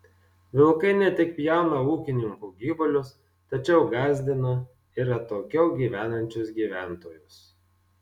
vilkai ne tik pjauna ūkininkų gyvulius tačiau gąsdina ir atokiau gyvenančius gyventojus